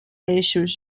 eixos